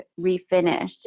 refinished